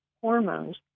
hormones